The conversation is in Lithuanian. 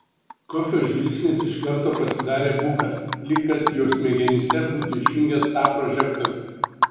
kofio žvilgsnis iš karto pasidarė bukas lyg kas jo smegenyse būtų išjungęs tą prožektorių